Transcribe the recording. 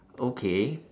okay